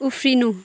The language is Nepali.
उफ्रिनु